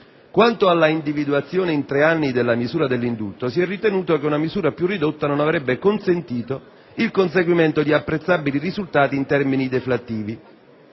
Quanto all'individuazione in tre anni della misura dell'indulto, si è ritenuto che una misura più ridotta non avrebbe consentito il conseguimento di apprezzabili risultati in termini deflattivi,